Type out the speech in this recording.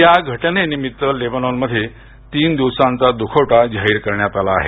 या घटने निमित्त लेबनॉन मध्ये तीन दिवसांचा दुखवटा जाहीर करण्यात आला आहे